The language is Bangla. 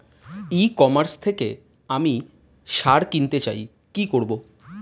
ই কমার্স থেকে আমি সার কিনতে চাই কি করব?